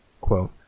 quote